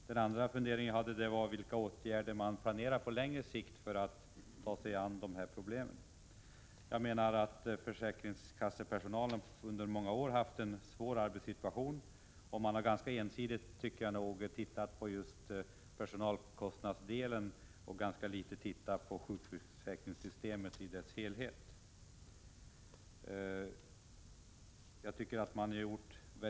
Min andra fråga gällde vilka åtgärder som planeras på längre sikt för att ta sig an problemen. Försäkringskassepersonalen har under många år haft en svår arbetssituation. Man har ganska ensidigt koncentrerat sig på just personalkostnadsdelen och i ganska liten utsträckning tänkt på sjukförsäkringssystemet i dess helhet.